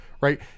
right